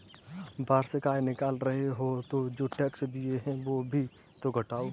वार्षिक आय निकाल रहे हो तो जो टैक्स दिए हैं वो भी तो घटाओ